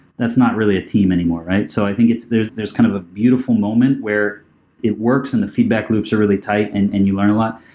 that's not really a team anymore, right? so i think there's there's kind of a beautiful moment where it works and the feedback loops are really tight and and you learn a lot.